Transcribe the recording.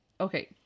Okay